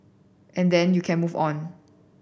and then you can move on